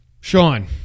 Sean